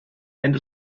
and